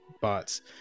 bots